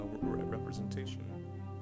representation